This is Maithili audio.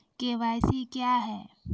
के.वाई.सी क्या हैं?